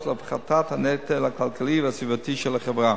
ולהפחתת הנטל הכלכלי והסביבתי על החברה.